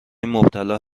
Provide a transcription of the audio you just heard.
مبتلا